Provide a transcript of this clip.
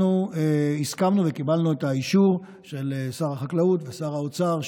אנחנו הסכמנו וקיבלנו את האישור של שר החקלאות ושר האוצר,